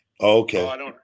Okay